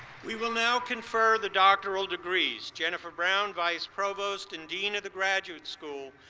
we will now confer the doctoral degrees. jennifer brown, vice provost and dean of the graduate school,